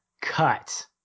cut